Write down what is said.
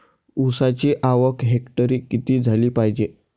ऊसाची आवक हेक्टरी किती झाली पायजे?